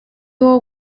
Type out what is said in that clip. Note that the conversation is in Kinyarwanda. wabo